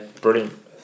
brilliant